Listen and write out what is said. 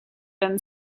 been